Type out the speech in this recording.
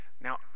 Now